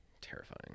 Terrifying